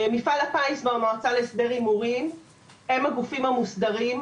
מפעל הפיס והמועצה להסדר הימורים הם הגופים המוסדרים,